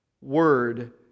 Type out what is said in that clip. word